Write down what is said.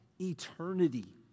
eternity